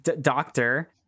doctor